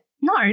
No